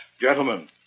Gentlemen